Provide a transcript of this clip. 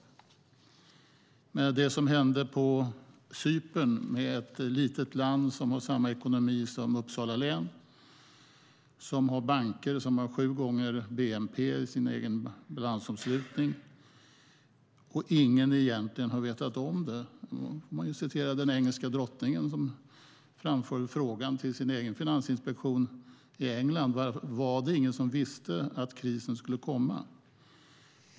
Cypern är ett litet land som har samma omfattning på sin ekonomi som Uppsala län och har banker som har sju gånger bnp i sin egen balansomslutning. Ingen har egentligen vetat om detta. Man kan citera den engelska drottningen som framförde frågan till sin egen finansinspektion i England: Var det ingen som visste att krisen skulle komma?